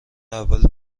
اول